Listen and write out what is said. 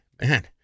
man